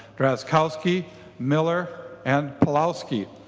drazkowski miller and pelowski.